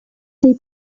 they